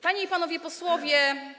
Panie i Panowie Posłowie!